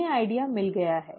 तुम्हें आइडिया मिल गया है